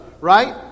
Right